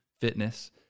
fitness